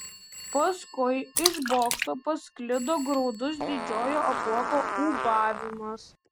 paskui iš bokšto pasklido graudus didžiojo apuoko ūbavimas